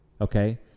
Okay